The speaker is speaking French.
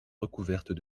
recouvertes